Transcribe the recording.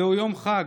זה יום חג,